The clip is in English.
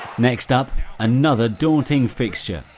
next up another daunting fixture.